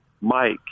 Mike